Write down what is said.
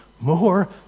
more